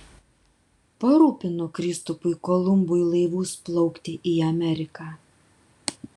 parūpino kristupui kolumbui laivus plaukti į ameriką